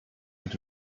mit